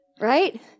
right